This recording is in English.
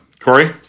Corey